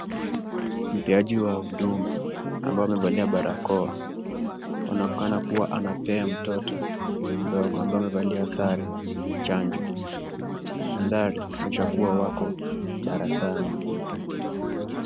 Mpeaji wa huduma ambaye amevalia barakoa anaonekana kuwa anapea mtoto mdogo ambaye amevalia sare chanjo. Mandhari inaonyesha kuwa wako darasani.